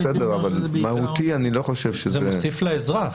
זה מוסיף לאזרח.